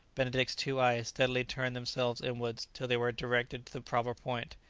benedict's two eyes steadily turned themselves inwards till they were directed to the proper point.